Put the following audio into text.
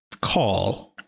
call